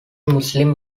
muslim